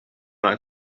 not